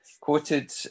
quoted